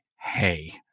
hey